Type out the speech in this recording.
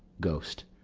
ghost.